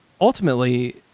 ultimately